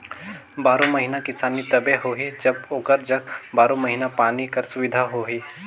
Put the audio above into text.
बारो महिना किसानी तबे होही जब ओकर जग बारो महिना पानी कर सुबिधा होही